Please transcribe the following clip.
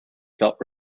felt